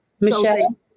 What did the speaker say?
Michelle